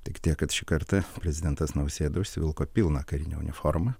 tik tiek kad šį kartą prezidentas nausėda užsivilko pilną karinę uniformą